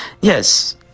Yes